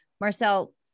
Marcel